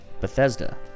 Bethesda